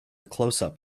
closeup